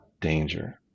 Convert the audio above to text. danger